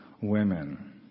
women